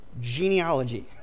Genealogy